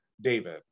David